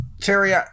Terry